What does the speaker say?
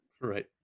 Right